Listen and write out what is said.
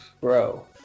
Bro